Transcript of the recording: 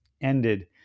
ended